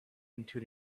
until